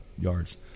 yards